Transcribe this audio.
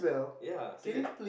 ya serious